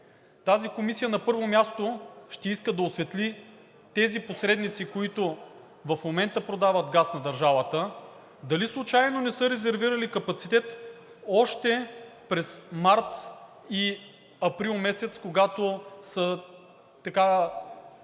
Тази комисия, на първо място, ще иска да осветли тези посредници, които в момента продават газ на държавата, дали случайно не са резервирали капацитет още през месец март и април, когато е имало